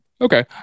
okay